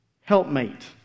helpmate